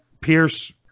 Pierce